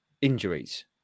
injuries